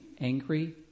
angry